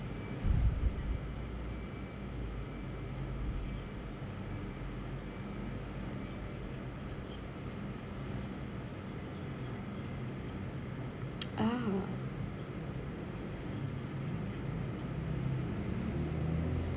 ah